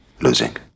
Losing